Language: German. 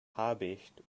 habicht